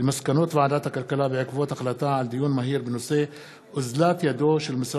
על מסקנות ועדת הכלכלה בעקבות דיון מהיר בהצעתם של חברי הכנסת יעל גרמן,